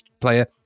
player